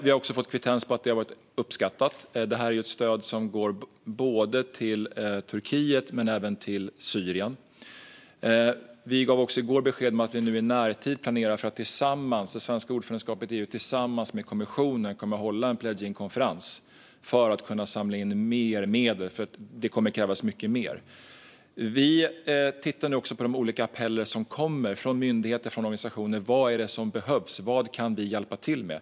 Vi har också fått kvittens på att stödet har varit uppskattat. Det här är ett stöd som går till både Turkiet och Syrien. Vi gav i går också besked om att vi i det svenska ordförandeskapet i EU tillsammans med kommissionen planerar en pledging conference i närtid för att samla in mer medel. Och det kommer att krävas mycket mer. Vi tittar nu också på de olika appeller som kommer från myndigheter och organisationer. Vad är det som behövs, och vad kan vi hjälpa till med?